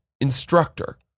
instructor